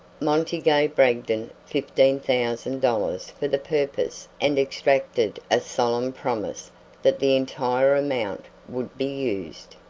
monty gave bragdon fifteen thousand dollars for the purpose and extracted a solemn promise that the entire amount would be used.